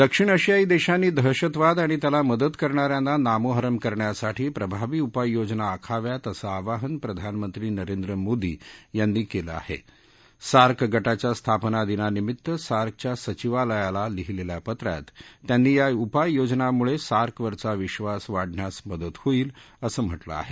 दक्षिण आशियाई दध्यांनी दहशतवाद आणि त्याला मदत करणा यांना नामोहरम करण्यासाठी प्रभावी उपाययोजना आखाव्यात असं आवाहन प्रधानमंत्री नरेंद्र मोदी यांनी कले आहा आर्क गटाच्या स्थापना दिनानिमित्त सार्कच्या सचिवालयाला लिहिलखिा पत्रात त्यांनी या उपाययोजनांमुळज्ञिर्क वरचा विधास वाढण्यास मदत होईल असं म्हटलं आह